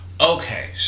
Okay